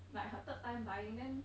like her third time buying then